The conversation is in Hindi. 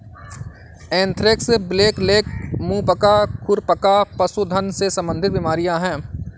एंथ्रेक्स, ब्लैकलेग, मुंह पका, खुर पका पशुधन से संबंधित बीमारियां हैं